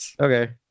Okay